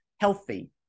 healthy